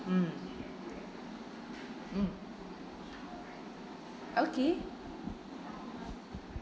mm mm okay